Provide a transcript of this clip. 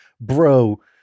Bro